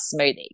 smoothie